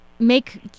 make